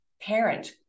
parent